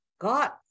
God